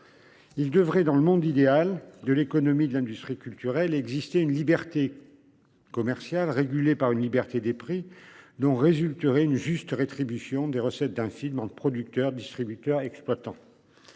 Il devrait dans le monde idéal de l'économie de l'industrie culturelle exister une liberté. Commerciale par une liberté des prix dont résulterait une juste rétribution des recettes d'un film en le producteur distributeur et exploitant.